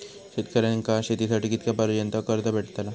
शेतकऱ्यांका शेतीसाठी कितक्या पर्यंत कर्ज भेटताला?